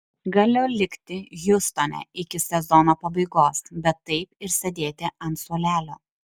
galiu likti hjustone iki sezono pabaigos bet taip ir sėdėti ant suolelio